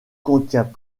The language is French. contient